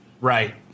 Right